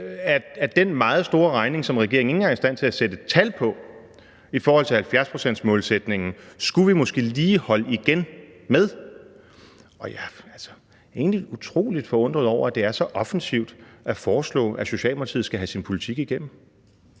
med den meget store regning, som regeringen ikke engang er i stand til at sætte tal på i forhold til 70-procentsmålsætningen, skulle vi måske lige holde igen. Jeg er egentlig utrolig forundret over, at det er så offensivt at foreslå, at Socialdemokratiet skal have sin politik igennem.